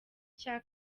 cya